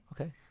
okay